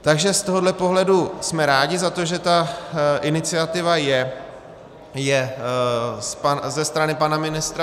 Takže z tohohle pohledu jsme rádi za to, že ta iniciativa je, že je vyvolaná ze strany pana ministra.